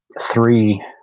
three